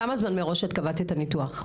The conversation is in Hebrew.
כמה זמן מראש קבעת את הניתוח?